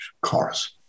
cars